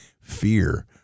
fear